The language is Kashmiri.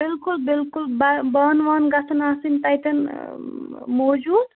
بِلکُل بِلکُل با بانہٕ وانہٕ گَژھَن آسٕنۍ تَتیٚن موٗجوٗد